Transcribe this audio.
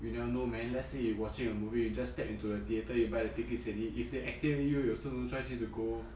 you never know man let's say you watching a movie you just stepped into the theatre you buy the tickets already if they activate you you also no choice need to go